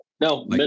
no